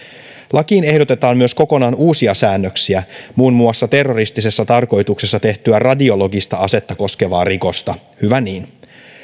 lakiin ehdotetaan myös kokonaan uusia säännöksiä muun muassa terroristisessa tarkoituksessa tehtyä radiologista asetta koskevaa rikosta hyvä niin